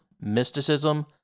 mysticism